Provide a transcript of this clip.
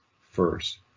first